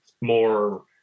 more